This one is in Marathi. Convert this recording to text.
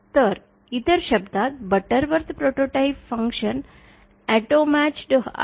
तर इतर शब्दांत Butterworth prototype functions auto match आहेत